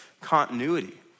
continuity